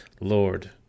Lord